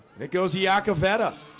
it goes yakavetta